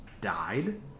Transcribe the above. died